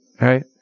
Right